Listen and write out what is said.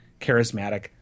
charismatic